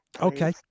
Okay